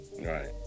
Right